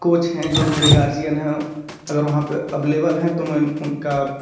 coach हैं जो कि मेरे गार्जियन हैं अगर वहाँ पे अबलेवल हैं तो मैं उनका